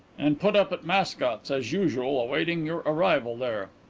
and put up at mascot's, as usual, awaiting your arrival there.